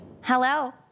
Hello